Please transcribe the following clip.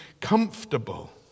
comfortable